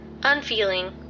Unfeeling